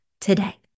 today